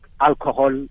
alcohol